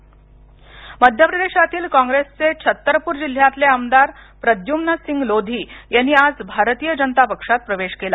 मध्य प्रदेश आमदार मध्यप्रदेशातील कॉंग्रैसचे छत्तरपूर जिल्ह्यातले आमदार प्रद्युम्न सिंग लोधी यांनी आज भारतीय जनता पक्षात प्रवेश केला